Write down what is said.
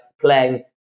playing